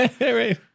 right